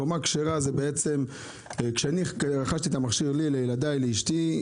קומה כשרה זה כשאני רכשתי את המכשיר לי לילדיי ולאשתי.